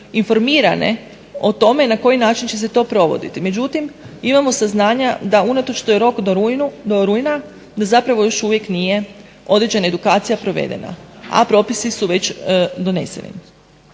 informirane o tome na koji način će se to provoditi. Međutim, imamo saznanja da unatoč što je rok do rujna da zapravo još uvijek nije određena edukacija provedena, a propisi su već doneseni.